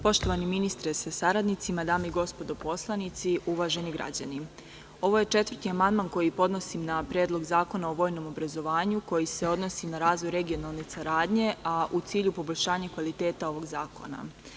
Poštovani ministre sa saradnicima, dame i gospodo narodni poslanici, uvaženi građani, ovo je četvrti amandman koji podnosim na Predlog zakona o vojnom obrazovanju, koji se odnosi na razvoj regionalne saradnje, a u cilju poboljšanja kvaliteta ovog zakona.